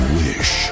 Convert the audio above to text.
wish